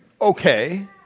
okay